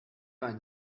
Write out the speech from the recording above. einen